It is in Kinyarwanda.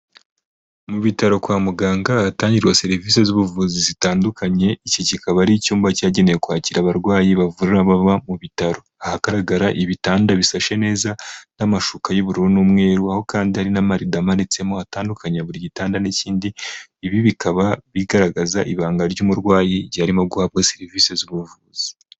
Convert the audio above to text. Mu bitaro kwa muganga, ahatangirwa serivisi z'ubuvuzi zitandukanye, iki kikaba ari icyumba cyagenewe kwakira abarwayi, bavura baba mu bitaro. Ahagaragara ibitanda bisashe neza, n'amashuka y'ubururu n'umweru, aho kandi hari n'amarido amanitsemo, atandukanye buri gitanda n'ikindi, ibi bikaba bigaragaza ibanga ry'umurwayi igihe arimo guhabwa serivisi z'ubuvuzi.